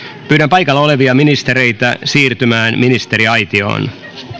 pyydän paikalla olevia ministereitä siirtymään ministeriaitioon